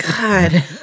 God